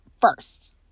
first